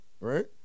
right